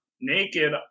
naked